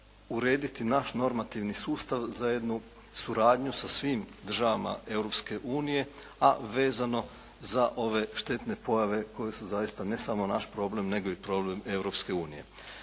urediti naš normativni sustav za jednu suradnju sa svim državama Europske unije a vezano za ove štetne pojave koje su zaista ne samo naš problem nego i problem